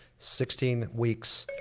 sixteen weeks,